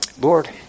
Lord